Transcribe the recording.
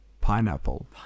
Pineapple